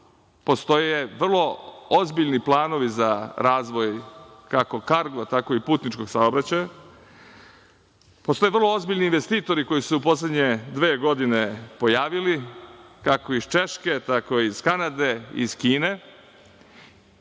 postoje vrlo ozbiljni planovi za razvoj kako kargo, tako i putničkog saobraćaja. Postoje vrlo ozbiljni investitori koji su se u poslednje dve godine pojavili, kako iz Češke, tako iz Kanade, iz Kine